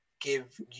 give